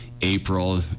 April